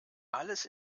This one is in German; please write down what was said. alles